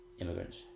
Immigrants